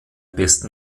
besten